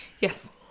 Yes